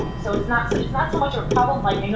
so it's not so not so much of a problem like, you know